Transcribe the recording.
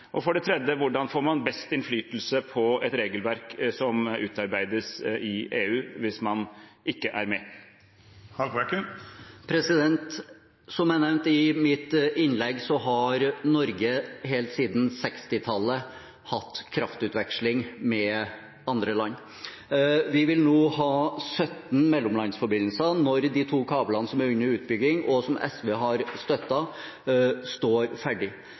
Og for det tredje: Hvordan får man best innflytelse på et regelverk som utarbeides i EU hvis man ikke er med? Som jeg nevnte i mitt innlegg, har Norge helt siden 1960-tallet hatt kraftutveksling med andre land. Vi vil nå ha 17 mellomlandsforbindelser når de to kablene som er under utbygging, og som SV har støttet, står ferdig.